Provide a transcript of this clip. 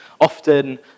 Often